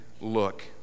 look